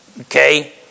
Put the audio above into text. Okay